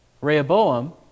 Rehoboam